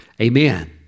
Amen